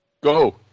Go